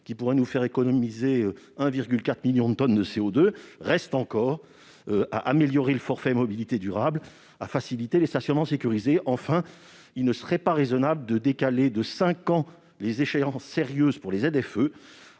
qui pourrait nous faire économiser 1,4 million de tonnes de CO2. Reste encore à améliorer le forfait mobilité durable et à encourager les stationnements sécurisés. Enfin, il ne serait pas raisonnable de décaler de cinq ans la mise en place des ZFE.